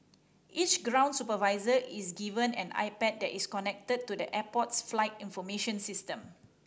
each ground supervisor is given an iPad that is connected to the airport's flight information system